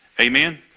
Amen